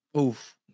oof